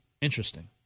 Interesting